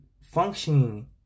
functioning